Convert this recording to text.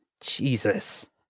Jesus